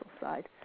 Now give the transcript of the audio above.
side